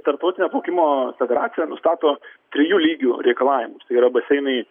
tarptautinio plaukimo federacija nustato trijų lygių reikalavimus tai yra baseinai